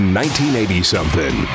1980-something